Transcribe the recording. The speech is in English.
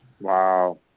Wow